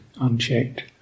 unchecked